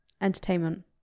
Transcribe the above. Entertainment